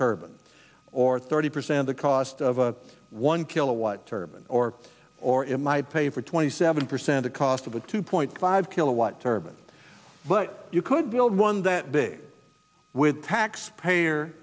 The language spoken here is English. turban or thirty percent the cost of a one kilowatt turban or or it might pay for twenty seven percent of the cost of a two point five kilowatt turban but you could build one that big with taxpayer